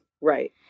Right